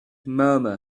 murmur